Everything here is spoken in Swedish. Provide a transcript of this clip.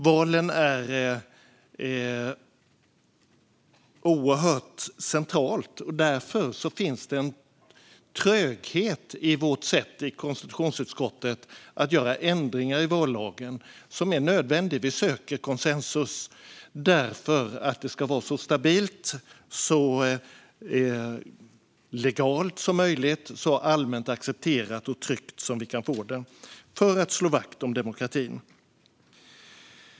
Valen är oerhört centrala. Därför finns det en tröghet i konstitutionsutskottets sätt att göra ändringar i vallagen, som är nödvändig. Vi söker konsensus, därför att det ska vara så stabilt och legalt som möjligt och så allmänt accepterat och tryggt som det kan bli. Det är för att slå vakt om demokratin.